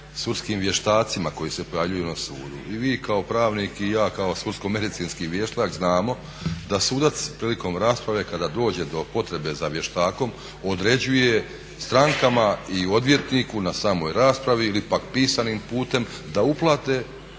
sudskim vještacima koji se pojavljuju na sudu. I vi kao pravnik i ja kao sudsko-medicinski vještak znamo da sudac prilikom rasprave kada dođe do potrebe za vještakom određuje strankama i odvjetniku na samoj raspravi ili pak pisanim putem da uplate